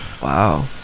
Wow